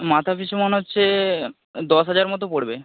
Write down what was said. মাথা পিছু মনে হচ্ছে দশ হাজার মতো পড়বে